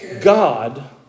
God